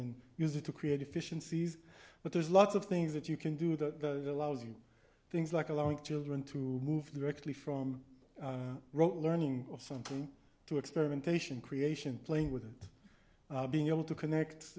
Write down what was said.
and use it to create efficiencies but there's lots of things that you can do that allows you things like allowing children to move directly from rote learning of something to experimentation creation playing with it being able to connect